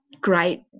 great